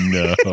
no